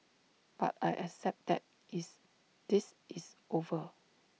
but I accept that is this is over